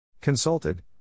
Consulted